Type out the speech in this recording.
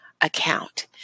account